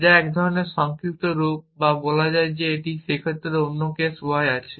যা একধরনের সংক্ষিপ্ত রূপ বা বলা যায় যে সেখানে অন্য কেস y আছে